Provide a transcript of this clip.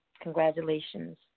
congratulations